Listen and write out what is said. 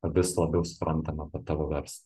vis labiau suprantam apie tavo verslą